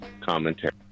commentary